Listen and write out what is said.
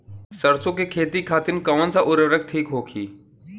सरसो के खेती खातीन कवन सा उर्वरक थिक होखी?